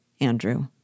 Andrew